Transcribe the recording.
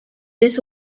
this